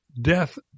death